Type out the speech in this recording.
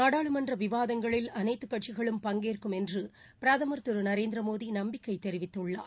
நாடாளுமன்ற விவாதங்களில் அனைத்து கட்சிகளும் பங்கேற்கும் என்று பிரதம் திரு நரேந்திரமோடி நம்பிக்கை தெரிவித்துள்ளார்